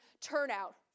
turnout